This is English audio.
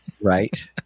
Right